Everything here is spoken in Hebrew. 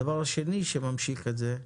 הדבר השני שממשיך את זה,